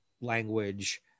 language